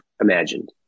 imagined